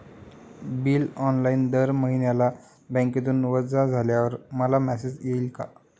Bill online दर महिन्याला बँकेतून वजा झाल्यावर मला मेसेज येईल का?